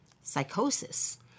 psychosis